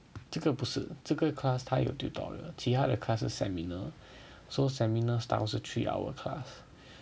这个不是这个 class 它有 tutorial 其他的 class 是 seminar 所以 seminar 它们是 three hour class